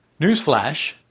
Newsflash